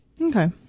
Okay